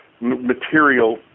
material